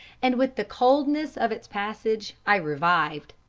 and with the coldness of its passage i revived!